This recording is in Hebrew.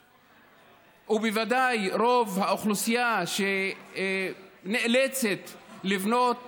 ובוודאי, רוב האוכלוסייה שנאלצת לבנות